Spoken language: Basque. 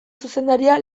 zuzendaria